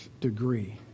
degree